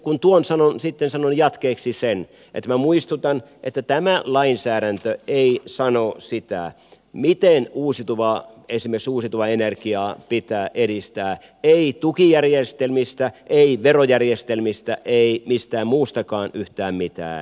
kun tuon sanon sitten sanon jatkeeksi sen että minä muistutan että tämä lainsäädäntö ei sano sitä miten uusiutuvaa esimerkiksi uusiutuvaa energiaa pitää edistää ei tukijärjestelmistä ei verojärjestelmistä ei mistään muustakaan yhtään mitään